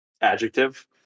Adjective